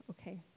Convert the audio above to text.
okay